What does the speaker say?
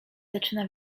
zaczyna